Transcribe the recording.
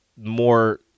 more